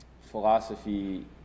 philosophy